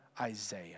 Isaiah